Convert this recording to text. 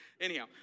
Anyhow